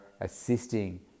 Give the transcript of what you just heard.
assisting